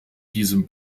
diesem